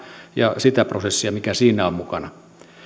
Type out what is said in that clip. ja sitä prosessia mikä siinä on mukana